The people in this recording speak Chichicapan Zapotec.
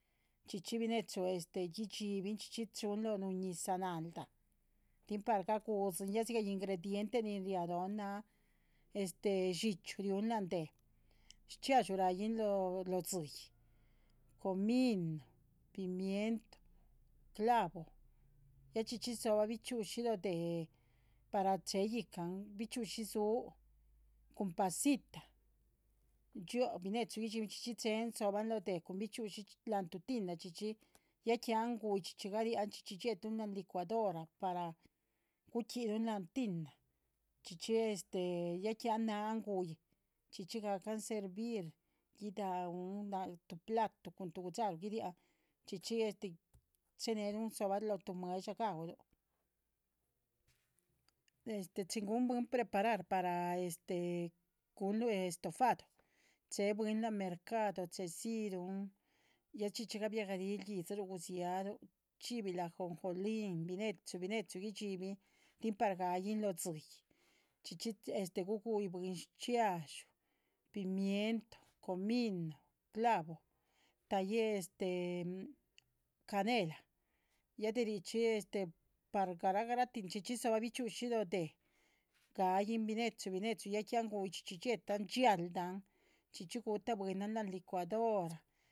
Chxíchxi bine´chu gudxibin chxíchxi chun loh nuhun ñizah náldah tin par gaguziyin ya dhxígah ingrediente nin ria lóhn naah dxíchyu ri´un la´nh deh shchxiadxú. ra´yin lóh dzíyih, comino pimienta clavo, ya chxíchxi dzo´ba bichxi´ushi lóh deh para che´he ican bichxi´ushisu cun pasita yioh bine´chu guidxibin chxíchxi. che´hen dzo´bahn lóh deh cun bichxi´ushi la´nh tuh tina chxíchxi ya que an gu´yih chxíchxi garíanh chxíchxi dxie´tunh la´nh licuadora par gu´quiluh la´nh tina. chxíchxi ya que an naha an gu´yih chxíchxi ga´can servir gi´dahan la´nh tuh platu cun tuh gu´dxaruh guibiác chxíchxi che´nehlu dzo´bahl lóh tuh mueh´dsha ga´uluh. chín gu´n bwin preparar para gu´nluhn estofado chee bwin la´nh mercadu chedziluh ya chxíchxi gabiagah rihl yídziluh guzialuh chxíbil ajonjoli bine´chu bine´chu. gudxibinh tín par ga´yin lóh dzíyih chxíchxi gu´guh yi bwin shchxiadxú pimienta comino clavo ta´yih canela ya derichxí par garah garahti chxíchxi dzo´ba bichxi´ushi. lóh deh ga´yin bine´chu bine´chu ya chín an gu´yi yetan yáldah chxíchxi gu´tahn bwinan la´nh licuadora